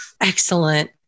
excellent